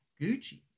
Gucci